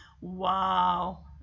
Wow